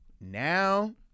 Now